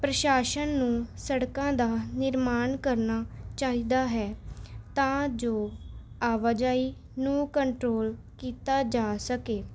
ਪ੍ਰਸ਼ਾਸਨ ਨੂੰ ਸੜਕਾਂ ਦਾ ਨਿਰਮਾਣ ਕਰਨਾ ਚਾਹੀਦਾ ਹੈ ਤਾਂ ਜੋ ਆਵਾਜਾਈ ਨੂੰ ਕੰਟਰੋਲ ਕੀਤਾ ਜਾ ਸਕੇ